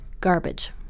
garbage